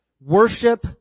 Worship